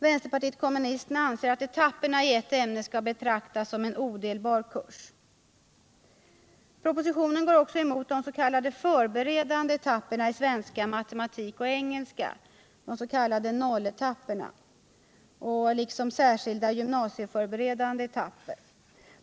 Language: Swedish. Vpk anser att etapperna i ett ämne skall betraktas som en odelbar kurs. Propositionen går också emot de s.k. förberedande etapperna i svenska, matematik och engelska, de s.k. O-etapperna, liksom särskilda gymnasieföreberedande etapper.